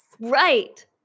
Right